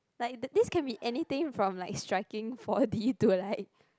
like this can be anything from like striking four D to like